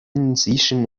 inzwischen